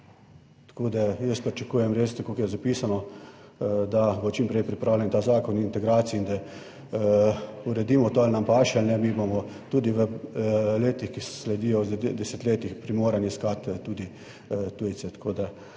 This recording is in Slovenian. Tako da, jaz pričakujem res tako kot je zapisano, da bo čim prej pripravljen ta Zakon o integraciji in da uredimo to ali nam paše ali ne. Mi bomo tudi v letih, ki sledijo desetletjih, primorani iskati tudi tujce.